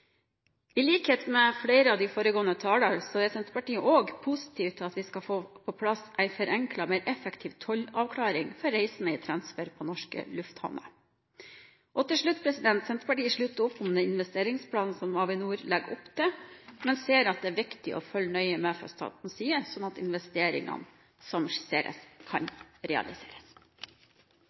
I likhet med flere av de foregående talerne er også Senterpartiet positiv til at vi skal få på plass en enklere og mer effektiv tollavklaring for reisende i transfer på norske lufthavner. Til slutt: Senterpartiet slutter opp om den investeringsplanen som Avinor legger opp til, men ser at det er viktig at staten følger nøye med, sånn at de skisserte investeringene kan realiseres.